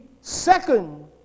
second